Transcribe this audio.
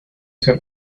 ser